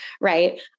right